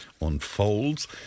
unfolds